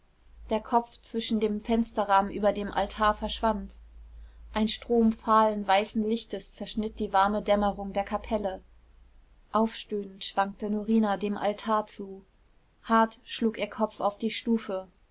der kopf zwischen dem fensterrahmen über dem altar verschwand ein strom fahlen weißen lichtes zerschnitt die warme dämmerung der kapelle aufstöhnend schwankte norina dem altar zu hart schlug ihr kopf auf die stufe